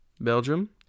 Belgium